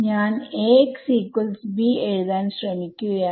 ഞാൻ Axb എഴുതാൻ ശ്രമിക്കുകയാണ്